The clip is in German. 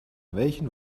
welchen